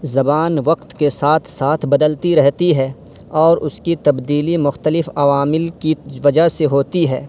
زبان وقت کے ساتھ ساتھ بدلتی رہتی ہے اور اس کی تبدیلی مختلف عوامل کی وجہ سے ہوتی ہے